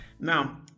Now